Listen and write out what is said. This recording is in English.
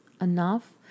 enough